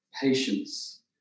patience